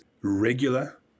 regular